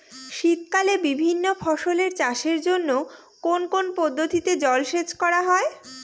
শীতকালে বিভিন্ন ফসলের চাষের জন্য কোন কোন পদ্ধতিতে জলসেচ করা হয়?